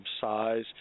size